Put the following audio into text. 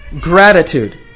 gratitude